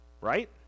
right